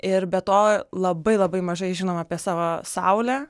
ir be to labai labai mažai žinom apie savo saulę